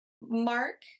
Mark